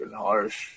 harsh